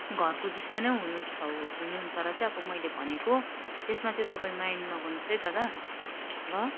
घरको जस्तै नै हुनु छौँ हुनुहुन्छ र चाहिँ अब मैले भनेको त्यसमा चाहिँ तपाईँ माइन्ड नगर्नुहोस् है दादा ल